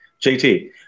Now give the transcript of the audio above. JT